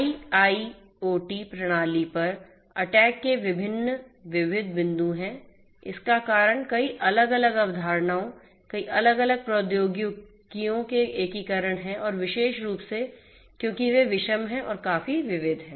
IIoT प्रणाली पर attack के विभिन्न विविध बिंदु हैं इसका कारण कई अलग अलग अवधारणाओं कई अलग अलग प्रौद्योगिकियों के एकीकरण है और विशेष रूप से क्योंकि वे विषम हैं और काफी विविध हैं